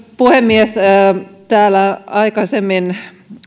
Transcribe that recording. puhemies täällä aikaisemmin